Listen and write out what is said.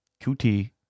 QT